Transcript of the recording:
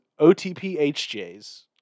OTPHJs